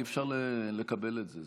אי-אפשר לקבל את זה.